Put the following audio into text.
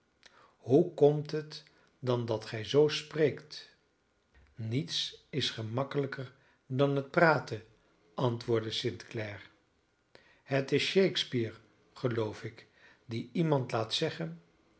hoe komt het dan dat gij zoo spreekt niets is gemakkelijker dan het praten antwoordde st clare het is shakespeare geloof ik die iemand laat zeggen